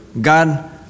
God